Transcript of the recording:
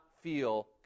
feel